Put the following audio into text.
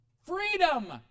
Freedom